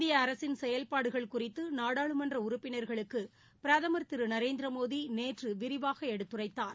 இந்திய அரசின் செயல்பாடுகள் குறித்து நாடாளுமன்ற உறுப்பினர்களுக்கு பிரதமர் திரு நரேந்திரமோடி நேற்று விரிவாக எடுத்துரைத்தார்